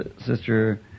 Sister